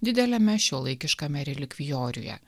dideliame šiuolaikiškame relikvijoriuje